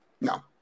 No